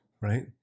Right